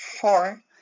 four